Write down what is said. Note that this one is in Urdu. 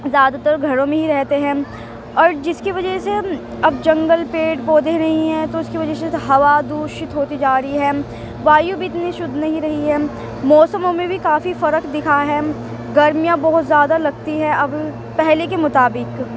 زیادہ تر گھروں میں ہی رہتے ہیں اور جس کی وجہ سے اب جنگل پیڑ پودھے نہیں ہیں تو اس کی وجہ سے تو ہوا دوشت ہوتی جا رہی ہے وایو بھی اتنی شدھ نہیں رہی ہے موسموں میں بھی کافی فرق دکھا ہے گرمیاں بہت زیادہ لگتی ہیں اب پہلے کے مطابق